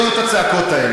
לא היו את הצעקות האלה,